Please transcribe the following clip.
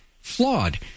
flawed